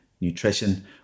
nutrition